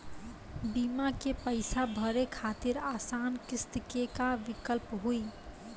बीमा के पैसा भरे खातिर आसान किस्त के का विकल्प हुई?